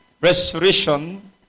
restoration